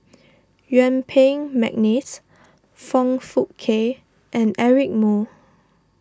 Yuen Peng McNeice Foong Fook Kay and Eric Moo